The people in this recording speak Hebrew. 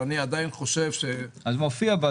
אני עדיין חושב ש --- זה מופיע.